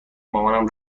مامانم